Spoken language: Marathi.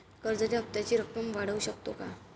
कर्जाच्या हप्त्याची रक्कम वाढवू शकतो का?